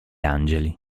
angeli